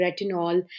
retinol